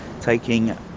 taking